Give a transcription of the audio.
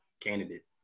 candidate